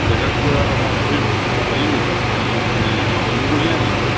জেগাটুকুৰা মানে কি হেৰি নি খেলি মানে গণ্ডগোলীয়া নি বাৰু